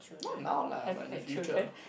not now lah but in the future